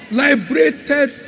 liberated